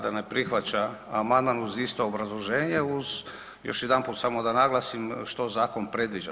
Vlada ne prihvaća amandman uz isto obrazloženje uz, još jedanput samo da naglasim što zakon predviđa.